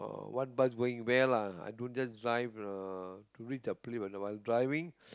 uh what bus going where lah i don't just drive uh to reach the place while driving